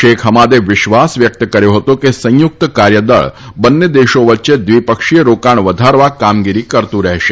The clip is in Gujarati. શેખ હમાદે વિશ્વાસ વ્યક્ત કર્યો હતો કે સંયુક્ત કાર્યદળ બંને દેશો વચ્ચે દ્વિપક્ષીય રોકાણ વધારવા કામગીરી કરતું રહેશે